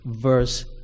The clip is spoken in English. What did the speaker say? verse